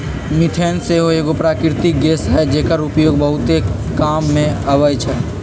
methane सेहो एगो प्राकृतिक गैस हई जेकर उपयोग बहुते काम मे अबइ छइ